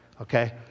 Okay